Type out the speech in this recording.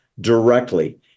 directly